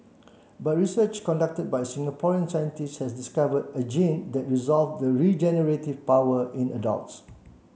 but research conducted by a Singaporean scientist has discovered a gene that restores the regenerative powers in adults